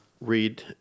read